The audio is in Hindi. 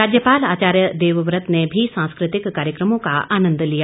राज्यपाल आचार्य देवव्रत ने भी सांस्कृतिक कार्यक्रमों का आनंद लिया